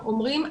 אומרים,